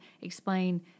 explain